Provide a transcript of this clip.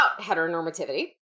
heteronormativity